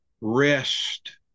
rest